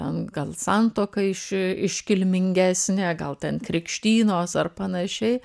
ten gal santuoka iš e iškilmingesnė gal ten krikštynos ar panašiai